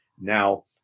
Now